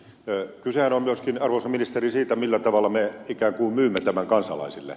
kysehän on myöskin arvoisa ministeri siitä millä tavalla me ikään kuin myymme tämän kansalaisille